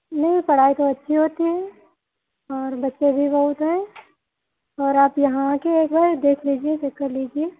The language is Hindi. नहीं पढ़ाई तो अच्छी होती है और बच्चे भी बहुत हैं और आप यहाँ आके एक बार देख लीजिए चेक कर लीजिए